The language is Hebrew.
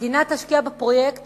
המדינה תשקיע בפרויקט